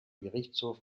gerichtshof